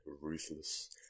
ruthless